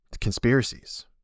conspiracies